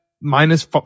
minus